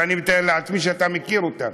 שאני מתאר לעצמי שאתה מכיר אותם.